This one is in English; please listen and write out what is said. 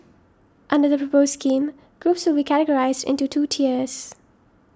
under the proposed scheme groups will be categorised into two tiers